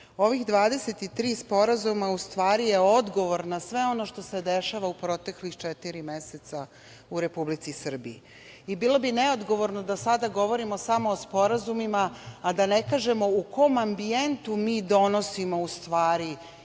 Ovih 23 sporazuma u stvari je odgovor na sve ono što se dešava u proteklih četiri meseca u Republici Srbiji i bilo bi neodgovorno da sada govorimo samo o sporazumima, a da ne kažemo u kom ambijentu mi donosimo u stvari